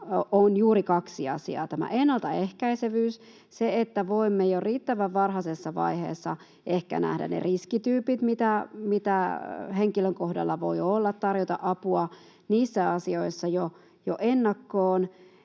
on juuri kaksi asiaa: ennaltaehkäisevyys — se, että voimme jo riittävän varhaisessa vaiheessa ehkä nähdä ne riskityypit, mitä henkilön kohdalla voi olla, tarjota apua niissä asioissa jo ennakkoon